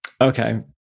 Okay